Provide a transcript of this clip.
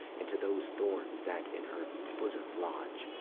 and to those thorns that in her bosom lodge,